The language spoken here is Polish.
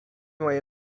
moje